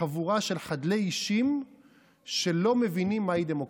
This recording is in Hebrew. חבורה של חדלי אישים שלא מבינים מהי דמוקרטיה.